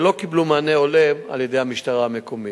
שלא קיבלו מענה הולם על-ידי המשטרה המקומית.